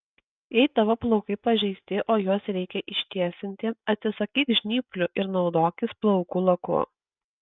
jei tavo plaukai pažeisti o juos reikia ištiesinti atsisakyk žnyplių ir naudokis plaukų laku